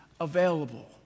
available